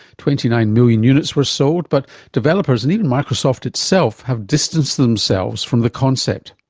twenty nine million units were sold, but developers and even microsoft itself have distanced themselves from the concept.